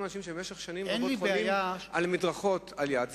אנשים שבמשך שנים רבות חונים על מדרכות ליד זה,